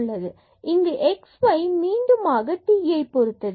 இங்கு x and y மீண்டுமாக tஐ பொருத்தது